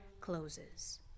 closes